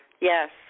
Yes